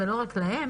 ולא רק להם,